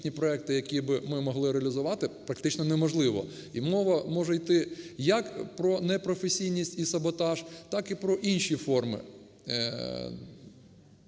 проекти, які би ми могли реалізувати, практично неможливо. І мова може йти як про непрофесійність і саботаж, так і про інші форми,